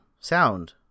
sound